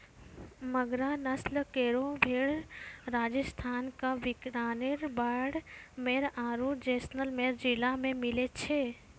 मगरा नस्ल केरो भेड़ राजस्थान क बीकानेर, बाड़मेर आरु जैसलमेर जिला मे मिलै छै